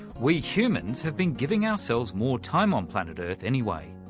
we humans have been giving ourselves more time on planet earth anyway.